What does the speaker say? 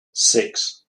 six